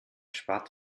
spart